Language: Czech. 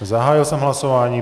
Zahájil jsem hlasování.